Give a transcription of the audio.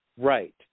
right